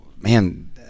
man